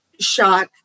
shot